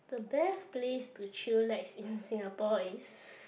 the best place to chillax in Singapore is